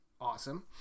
awesome